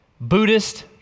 Buddhist